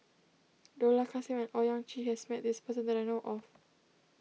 Dollah Kassim and Owyang Chi has met this person that I know of